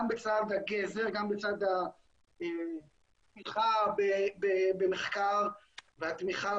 גם בצד --- גם בצד התמיכה במחקר והתמיכה